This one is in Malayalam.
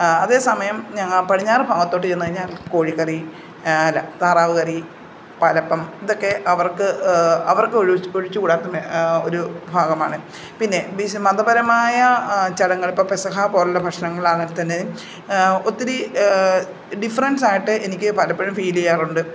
അതേ സമയം ഞാൻ പടിഞ്ഞാറ് ഭാഗത്തോട്ടു ചെന്നു കഴിഞ്ഞാൽ കോഴിക്കറി അല്ല താറാവു കറി പാലപ്പം ഇതൊക്കെ അവർക്ക് അവർക്ക് ഒഴിച്ച് ഒഴിച്ചു കൂടാത്ത ഒരു ഭാഗമാണ് പിന്നെ മതപരമായ ചടങ്ങുകൾ ഇപ്പോൾ പെസഹാ പോലെയുള്ള ഭക്ഷണങ്ങളാണെങ്കിൽത്തന്നെ ഒത്തിരി ഡിഫ്രൻസായിട്ട് എനിക്ക് പലപ്പോഴും ഫീൽ ചെയ്യാറുണ്ട്